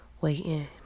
waiting